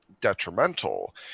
detrimental